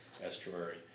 estuary